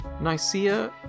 Nicaea